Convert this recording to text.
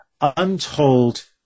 untold